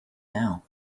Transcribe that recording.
now